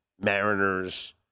Mariners